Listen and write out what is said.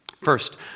First